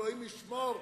אלוהים ישמור,